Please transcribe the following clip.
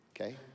okay